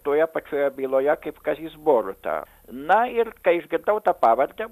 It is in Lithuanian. toje pačioje byloje kaip kazys boruta na ir kai išgirdau tą pavardę